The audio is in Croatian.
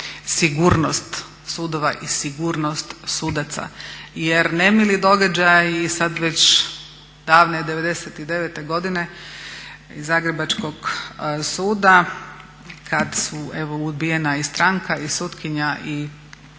sigurnost sudova i sigurnost sudaca. Jer nemili događaji i sada već davne '99. godine i zagrebačkog suda kada su evo ubijena i stranka i sutkinja i